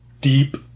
deep